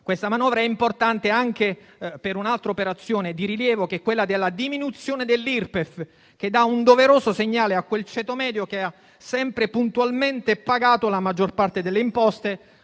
La manovra è importante anche per un'altra operazione di rilievo, ovvero la diminuzione dell'Irpef, che dà un doveroso segnale a quel ceto medio che ha sempre puntualmente pagato la maggior parte delle imposte,